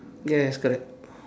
yes correct